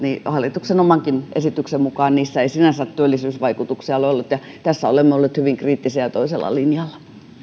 hallituksen omankin esityksen mukaan niissä ei sinänsä työllisyysvaikutuksia ole ollut ja tässä olemme olleet hyvin kriittisiä ja toisella linjalla